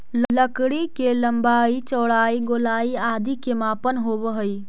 लकड़ी के लम्बाई, चौड़ाई, गोलाई आदि के मापन होवऽ हइ